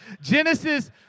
Genesis